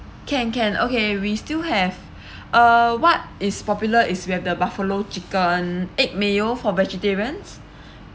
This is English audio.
can can okay we still have uh what is popular is we have the buffalo chicken egg mayo for vegetarians